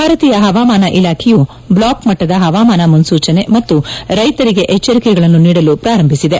ಭಾರತೀಯ ಹವಾಮಾನ ಇಲಾಖೆಯು ಬ್ಲಾಕ್ ಮಟ್ಟದ ಹವಾಮಾನ ಮುನ್ಲೂಚನೆ ಮತ್ತು ರೈತರಿಗೆ ಎಚ್ಚರಿಕೆಗಳನ್ನು ನೀಡುಲು ಪಾರಂಭಿಸಿದೆ